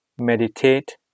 meditate